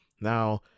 Now